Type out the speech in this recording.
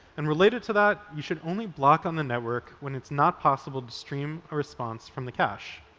and related to that, you should only block on the network when it's not possible to stream a response from the cache.